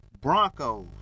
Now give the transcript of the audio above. Broncos